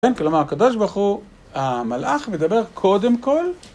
כן כלומר הקדוש ברוך הוא המלאך מדבר קודם כל..